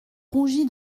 rougi